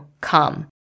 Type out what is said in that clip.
come